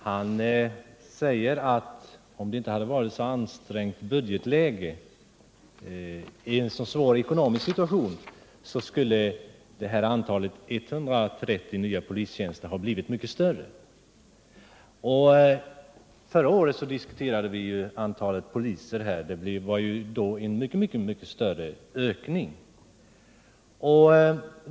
Han sade att om det inte varit så ansträngt budgetläge och om vi inte befunnit oss i en sådan svår ekonomisk situation, skulle antalet nya polistjänster ha blivit mycket större än 130. Förra året diskuterade vi antalet poliser. Då skedde en mycket stor ökning.